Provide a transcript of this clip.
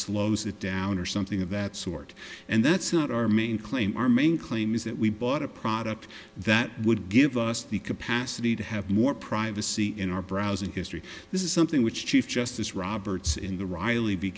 slows it down or something of that sort and that's not our main claim our main claim is that we bought a product that would give us the capacity to have more privacy in our browsing history this is something which chief justice roberts in the riley b